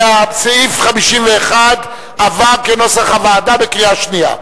שסעיף 51 עבר, כנוסח הוועדה, בקריאה שנייה.